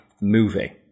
movie